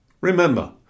Remember